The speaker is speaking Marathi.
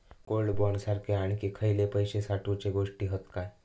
गोल्ड बॉण्ड सारखे आणखी खयले पैशे साठवूचे गोष्टी हत काय?